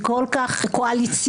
היא כל כך קואליציונית,